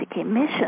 emissions